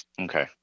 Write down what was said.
okay